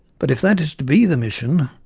but if that is to be the mission,